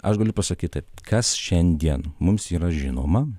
aš galiu pasakyt taip kas šiandien mums yra žinoma